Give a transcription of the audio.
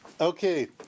okay